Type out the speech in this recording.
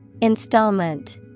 Installment